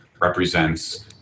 represents